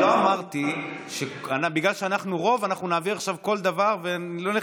אני לא אמרתי שבגלל שאנחנו רוב אנחנו נעביר עכשיו כל דבר.